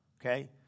Okay